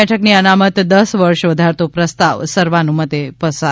બેઠકની અનામત દશ વર્ષ વધારતો પ્રસ્તાવ સર્વાનુમતે પ્રસાર